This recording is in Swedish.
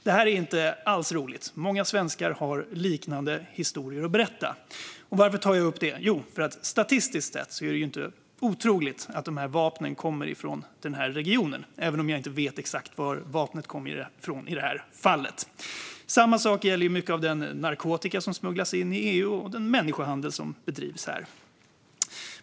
Det är inte alls roligt, och många svenskar har liknande historier att berätta. Varför tar jag upp det? Jo, statistiskt sett är det inte otroligt att dessa vapen kommer från den regionen - även om jag inte exakt vet var vapnet kom från i det här fallet. Samma sak gäller mycket av den narkotika som smugglas in i EU och den människohandel som bedrivs här.